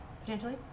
potentially